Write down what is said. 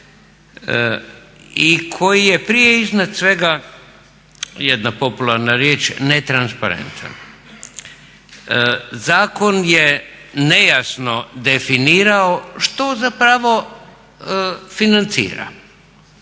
i koji je prije iznad svega jedna popularna riječ, netransparentan. Zakon je nejasno definirao što zapravo financira.